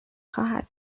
خواهد